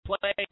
Play